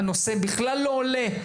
נושא הגיל הרך בכלל לא עולה.